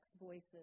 voices